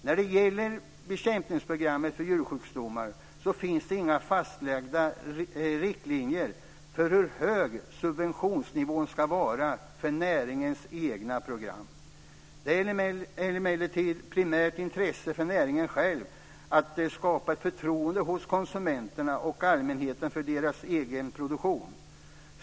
Vad gäller bekämpningsprogrammet för djursjukdomar finns det inga fastlagda riktlinjer för hur hög subventionsnivån ska vara för näringens egna program. Det är emellertid ett primärt intresse för näringen själv att skapa ett förtroende hos konsumenterna och allmänheten för dennas egen produktion.